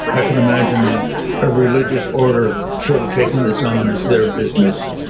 i can imagine a ah religious order sort of taking this on as their business.